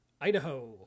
Idaho